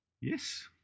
yes